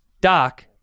Doc